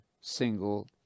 single